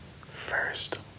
first